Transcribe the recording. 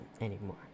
anymore